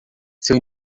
seu